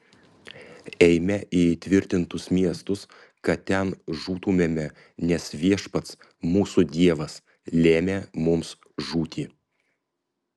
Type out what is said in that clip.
eime į įtvirtintus miestus kad ten žūtumėme nes viešpats mūsų dievas lėmė mums žūti